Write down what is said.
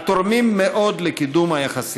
התורמים מאוד לקידום היחסים.